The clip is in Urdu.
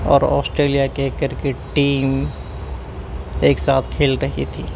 اور آسٹریلیا کے کرکٹ ٹیم ایک ساتھ کھیل رہی تھی